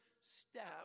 step